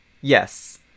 Yes